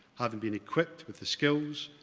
having been equipped with the skills,